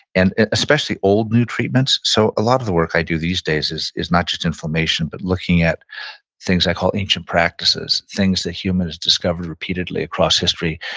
and especially old-new treatments so, a lot of the work i do these days is is not just inflammation but looking at things i call ancient practices, things that humans discovered repeatedly across history,